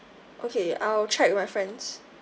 okay I'll check with my friends